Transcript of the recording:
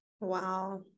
Wow